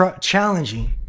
challenging